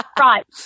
Right